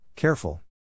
Careful